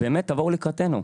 באמת, תבואו לקראתנו.